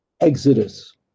exodus